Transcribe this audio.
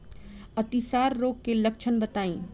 अतिसार रोग के लक्षण बताई?